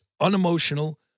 unemotional